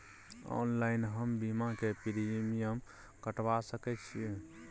Online हम बीमा के प्रीमियम कटवा सके छिए?